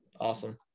Awesome